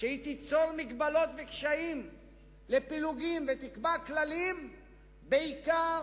שהיא תיצור מגבלות וקשיים לפילוגים ותקבע כללים בעיקר